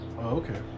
Okay